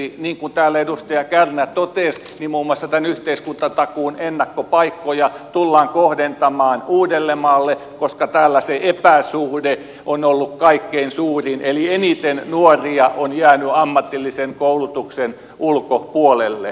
niin kuin täällä edustaja kärnä totesi niin muun muassa tämän yhteiskuntatakuun ennakkopaikkoja tullaan kohdentamaan uudellemaalle koska täällä se epäsuhde on ollut kaikkein suurin eli eniten nuoria on jäänyt ammatillisen koulutuksen ulkopuolelle